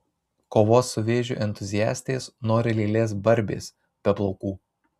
kovos su vėžiu entuziastės nori lėlės barbės be plaukų